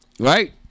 Right